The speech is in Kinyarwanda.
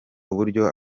uburyo